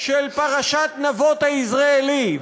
של פרשת נבות היזרעאלי,